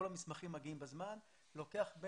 אם כל המסמכים מגיעים בזמן,